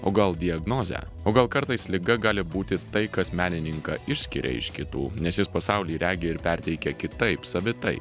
o gal diagnozę o gal kartais liga gali būti tai kas menininką išskiria iš kitų nes jis pasaulį regi ir perteikia kitaip savitai